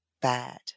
bad